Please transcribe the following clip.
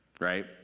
right